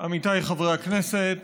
עמיתיי חברי הכנסת,